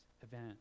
event